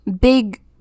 big